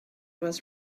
was